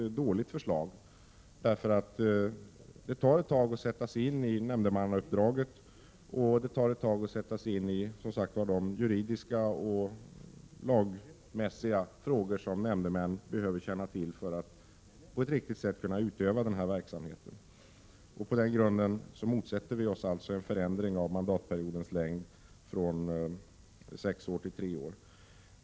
1987/88:133 om ett dåligt förslag, eftersom det som sagt tar ett tag att sätta sig in i nämndemannauppdraget och de juridiska och lagmässiga frågor som man behöver känna till för att på ett riktigt sätt kunna utöva denna verksamhet. Mot denna bakgrund motsätter vi oss en förkortning av mandatperiodens längd.